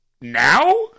now